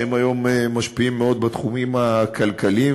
שהם היום משפיעים מאוד בתחומים הכלכליים